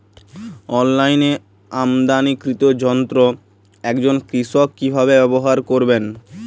অনলাইনে আমদানীকৃত যন্ত্র একজন কৃষক কিভাবে ব্যবহার করবেন?